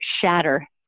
shatter